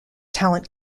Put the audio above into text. talent